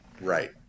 Right